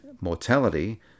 mortality